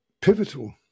pivotal